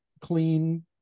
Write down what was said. clean